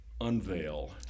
unveil